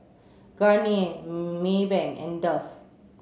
Garnier Maybank and Dove